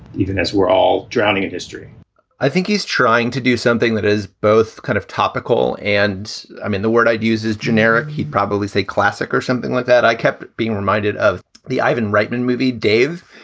even as we're all drowning in history i think he's trying to do something that is both kind of topical. and i mean, the word i'd use is generic. he'd probably say classic or something like that. i kept being reminded of the ivan reitman movie dave,